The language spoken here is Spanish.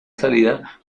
salida